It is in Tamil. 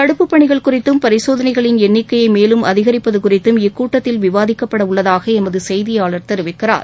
தடுப்புப்பணிகள் குறித்தும் பரிசோதனைகளின் எண்ணிக்கையை மேலும் அதிகரிப்பது குறித்தும் இக்கூட்டத்தில் விவாதிக்கப்படவுள்ளதாக எமது செய்தியாளர் தெரிவிக்கிறார்